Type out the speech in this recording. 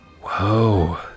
Whoa